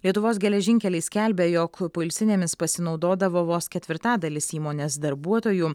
lietuvos geležinkeliai skelbia jog poilsinėmis pasinaudodavo vos ketvirtadalis įmonės darbuotojų